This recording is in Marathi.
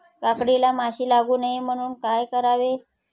काकडीला माशी लागू नये म्हणून काय करावे?